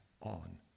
on